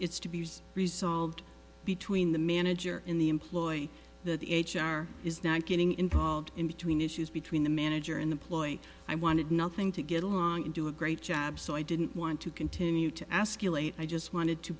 it's to be resolved between the manager in the employ that the h r is not getting involved in between issues between the manager and the ploy i wanted nothing to get along and do a great job so i didn't want to continue to ask you late i just wanted to